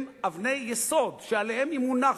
הם אבני יסוד שעליהן היא מונחת.